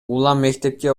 мектепте